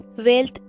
Wealth